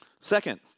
Second